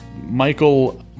Michael